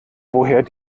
woher